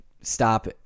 stop